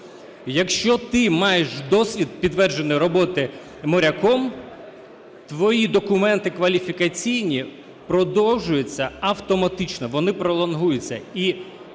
якщо ти маєш досвід підтвердженої роботи моряком, твої документи кваліфікаційні продовжуються автоматично, вони пролонгуються,